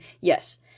yes